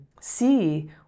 see